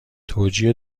توجیه